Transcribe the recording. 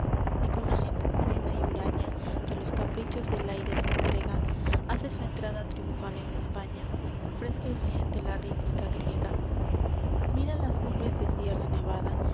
y con la gente morena y huraña que a los caprichos del aire se entrega hace su entrada triunfal en españa fresca y riente la rítmica griega mira las cumbres de sierra nevada